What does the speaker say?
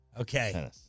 Okay